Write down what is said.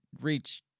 reach